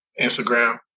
instagram